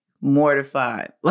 mortified